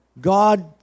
God